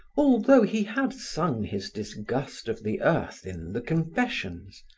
although he had sung his disgust of the earth in the confessions,